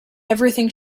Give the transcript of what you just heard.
everything